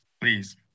Please